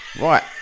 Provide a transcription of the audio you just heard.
right